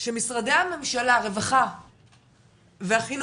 שמשרדי הממשלה, רווחה והחינוך